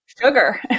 sugar